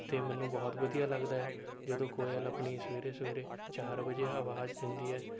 ਅਤੇ ਮੈਨੂੰ ਬਹੁਤ ਵਧੀਆ ਲੱਗਦਾ ਹੈ ਜਦੋਂ ਕੋਇਲ ਆਪਣੀ ਸਵੇਰੇ ਸਵੇਰੇ ਚਾਰ ਵਜੇ ਅਵਾਜ਼ ਦਿੰਦੀ ਹੈ